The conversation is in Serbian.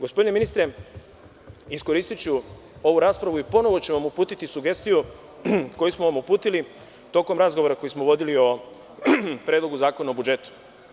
Gospodine ministre iskoristiću ovu raspravu i ponovo ću vam uputiti sugestiju koju smo vam uputili tokom razgovora koji smo vodili o Predlogu zakona o budžetu.